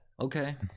okay